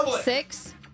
six